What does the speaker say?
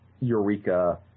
Eureka